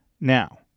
Now